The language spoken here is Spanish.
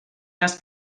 las